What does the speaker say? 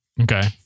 Okay